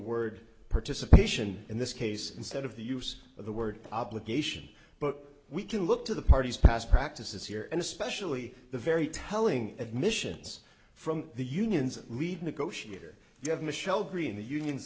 word participation in this case instead of the use of the word obligation but we can look to the parties past practices here and especially the very telling admissions from the union's lead negotiator you have